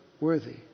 worthy